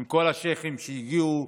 עם כל השייח'ים שהגיעו.